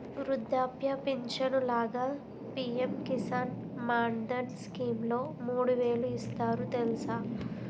వృద్ధాప్య పించను లాగా పి.ఎం కిసాన్ మాన్ధన్ స్కీంలో మూడు వేలు ఇస్తారు తెలుసా?